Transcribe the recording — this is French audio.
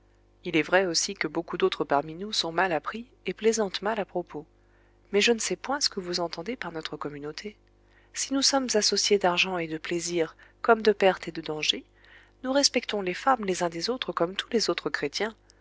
il est vrai aussi que beaucoup d'autres parmi nous sont mal appris et plaisantent mal à propos mais je ne sais point ce que vous entendez par notre communauté si nous sommes associés d'argent et de plaisirs comme de pertes et de dangers nous respectons les femmes les uns des autres comme tous les autres chrétiens